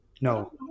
No